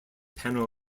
panel